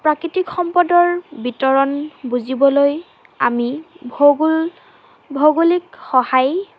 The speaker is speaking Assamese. প্ৰাকৃতিক সম্পদৰ বিতৰণ বুজিবলৈ আমি ভৌগোল ভৌগোলিক সহায়